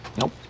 Nope